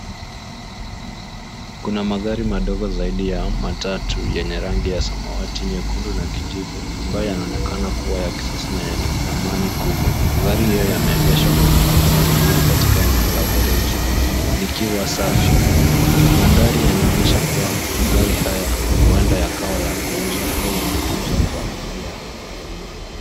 Kuna magari madogo zaidi ya matatu yenye rangi ya samawati, nyekundu na kijivu ambayo yanaonekana kuwa ya kisasa na yenye thamani kubwa. Magari hayo yameegeshwa kwa mpangilio mzuri katika eneo la gereji, likiwa safi. Mandhari yanaonyesha kuwa magari haya huenda yakawa ya kuuzwa au yanatunzwa kwa ajili ya wenyewe.